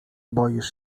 boisz